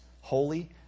holy